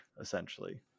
essentially